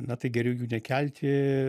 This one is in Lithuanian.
na tai geriau jų nekelti